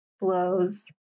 blows